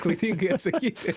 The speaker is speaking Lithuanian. klaidingai atsakyti